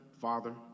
father